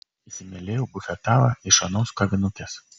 įsimylėjau bufetavą iš anos kavinukės